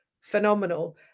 phenomenal